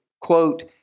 quote